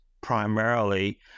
primarily